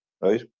Right